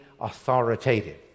authoritative